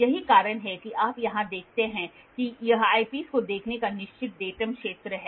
यही कारण है कि आप यहां देखते हैं कि यह ऐपिस के देखने का निश्चित डेटाम क्षेत्र है